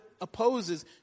opposes